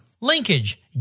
Linkage